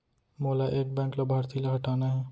मोला एक बैंक लाभार्थी ल हटाना हे?